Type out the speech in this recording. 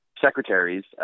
secretaries